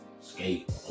skate